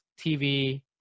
TV